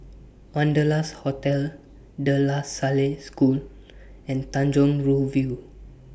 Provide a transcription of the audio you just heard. Wanderlust Hotel De La Salle School and Tanjong Rhu View